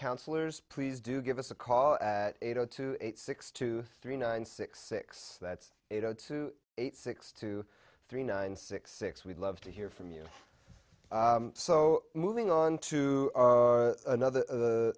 counselors please do give us a call at eight o two eight six two three nine six six that's eight zero two eight six two three nine six six we'd love to hear from you so moving on to another